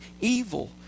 evil